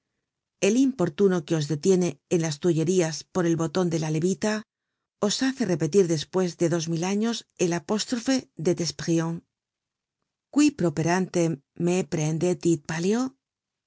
el importuno que os detiene en las tullerías por el boton de la levita os hace repetir despues de dos mil años el apostrofe de tesprion quis properantem me prehendit pallio el